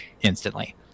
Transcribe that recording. instantly